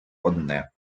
одне